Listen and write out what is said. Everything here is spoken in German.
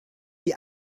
die